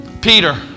Peter